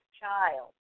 child